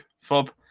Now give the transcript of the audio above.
fob